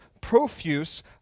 profuse